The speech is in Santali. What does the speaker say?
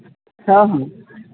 ᱦᱮᱸ ᱦᱮᱸ